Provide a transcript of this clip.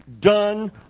done